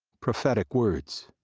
prophetic words.